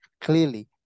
clearly